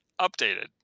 updated